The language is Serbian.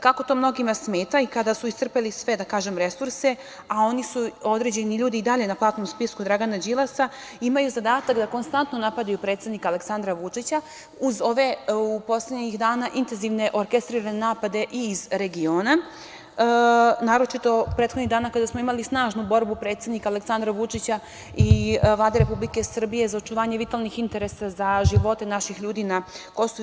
Kako to mnogima smeta i kada su iscrpeli sve resurse, a oni su, određeni ljudi, i dalje na platnom spisku Dragana Đilasa, imaju zadatak da konstantno napadaju predsednika Aleksandra Vučića, uz ove poslednjih dana intenzivne orkestrirane napade i iz regiona, naročito prethodnih dana kada smo imali snažnu borbu predsednika Aleksandra Vučića i Vlade Republike Srbije za očuvanje vitalnih interesa za živote naših ljudi na KiM.